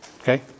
Okay